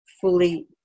fully